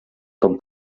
com